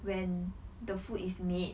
when the food is made